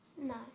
No